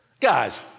Guys